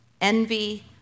envy